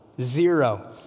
zero